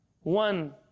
One